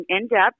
in-depth